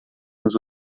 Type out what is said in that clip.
nos